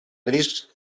risc